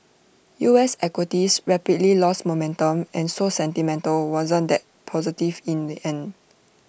U S equities rapidly lost momentum and so sentimental wasn't that positive in the end